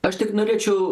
aš tik norėčiau